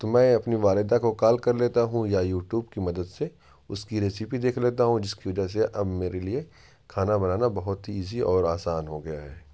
تو میں اپنی والدہ کو کال کر لیتا ہوں یا یوٹیوب کی مدد سے اس کی ریسیپی دیکھ لیتا ہوں جس کی وجہ سے اب میرے لیے کھانا بنانا بہت ہی ایزی اور آسان ہو گیا ہے